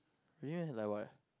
really meh like what